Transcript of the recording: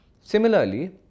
similarly